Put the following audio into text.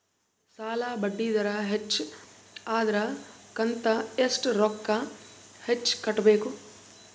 ಸಾಲಾ ಬಡ್ಡಿ ದರ ಹೆಚ್ಚ ಆದ್ರ ಕಂತ ಎಷ್ಟ ರೊಕ್ಕ ಹೆಚ್ಚ ಕಟ್ಟಬೇಕು?